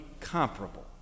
comparable